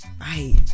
Right